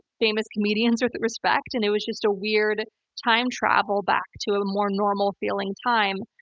famous comedians with respect, and it was just a weird time travel back to a more normal-feeling time.